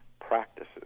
practices